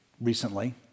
recently